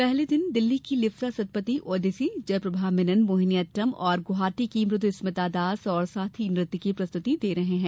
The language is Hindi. पहले दिन दिल्ली की लिप्सा सत्पथी ओडिसी जयप्रभा मेनन मोहिनीअट्टम और गुवाहाटी की मुदुस्मिता दास और साथी नृत्य की प्रस्तृति दे रहे हैं